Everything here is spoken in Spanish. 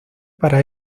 para